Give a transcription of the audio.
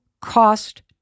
cost